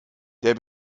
der